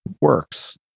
works